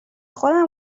خودم